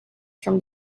from